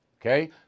Okay